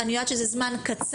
אני יודעת שזה זמן קצר,